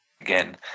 again